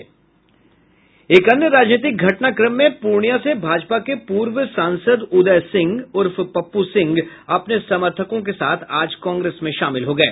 एक अन्य राजनीतिक घअनाक्रम में पूर्णियां से भाजपा के पूर्व सांसद उदय सिंह उर्फ पप्पू सिंह अपने समर्थकों के साथ आज कांग्रेस में शामिल हो गये